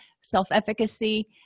self-efficacy